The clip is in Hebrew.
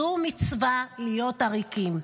זו מצווה להיות עריקים.